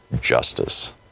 justice